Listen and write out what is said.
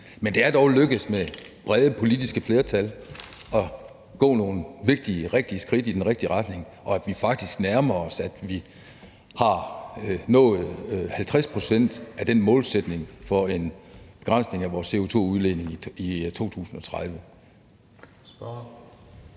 Men det er dog lykkedes med brede politiske flertal at tage nogle vigtige, rigtige skridt i den rigtige retning, og at vi faktisk nærmer os, at vi har nået 50 pct. af den målsætning for en begrænsning af vores CO2-udledning i 2030.